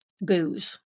booze